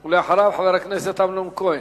ולאחריו, חבר הכנסת אמנון כהן.